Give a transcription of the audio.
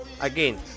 again